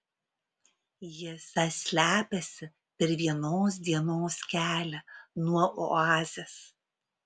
jie esą slepiasi per vienos dienos kelią nuo oazės